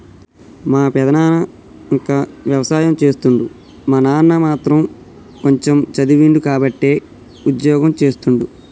మా పెదనాన ఇంకా వ్యవసాయం చేస్తుండు మా నాన్న మాత్రం కొంచెమ్ చదివిండు కాబట్టే ఉద్యోగం చేస్తుండు